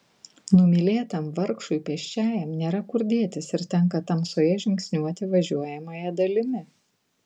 numylėtam vargšui pėsčiajam nėra kur dėtis ir tenka tamsoje žingsniuoti važiuojamąja dalimi